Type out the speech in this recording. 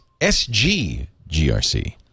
sggrc